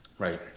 Right